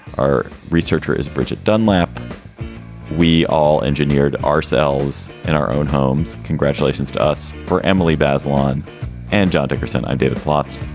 our researcher is bridget dunlap we all engineered ourselves in our own homes. congratulations to us for emily bazelon and john dickerson and david plotz.